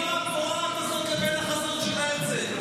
מה הקשר בין החבורה הפורעת הזאת לבין החזון של הרצל?